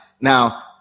Now